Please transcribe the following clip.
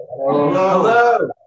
hello